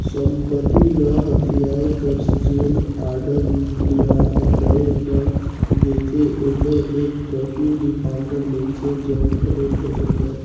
संपत्ति ल हथियाए कर जेन आडर नियालय ल देथे ओकर एक प्रति डिफाल्टर मइनसे जग घलो भेजल जाथे